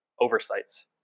oversights